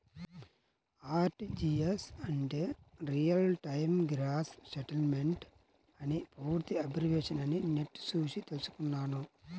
RTGS అంటే real time gross settlement అని పూర్తి అబ్రివేషన్ అని నెట్ చూసి తెల్సుకున్నాను